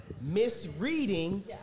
misreading